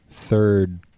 third